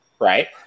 right